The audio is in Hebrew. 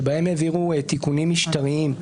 שבהם העבירו תיקונים משטריים,